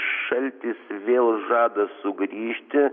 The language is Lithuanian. šaltis vėl žada sugrįžti